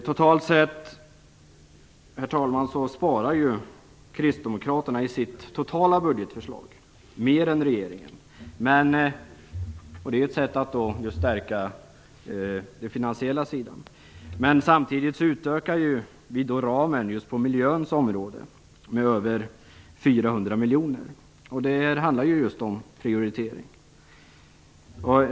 Totalt sett, herr talman, sparar kristdemokraterna i sitt totala budgetförslag mer än regeringen. Det är ett sätt att stärka den finansiella sidan. Men samtidigt utökar vi ramen på miljöns område med över 400 miljoner. Det handlar just om prioritering.